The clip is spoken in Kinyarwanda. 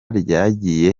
ryagiye